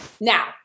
Now